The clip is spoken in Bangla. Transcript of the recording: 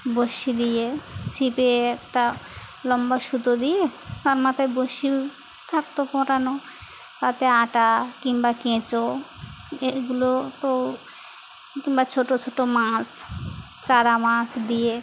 বড়শি দিয়ে ছিপে একটা লম্বা সুতো দিয়ে তার মাথায় বড়শি থাকতো করানো তাতে আটা কিংবা কেঁচো এ এগুলো তো কিংবা ছোটো ছোটো মাছ চারা মাছ দিয়ে